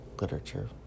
literature